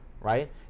right